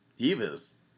divas